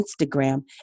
Instagram